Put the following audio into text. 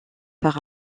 par